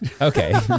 Okay